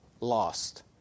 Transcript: lost